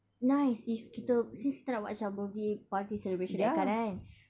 nice if kita since kita nak buat macam birthday party celebration that kind kan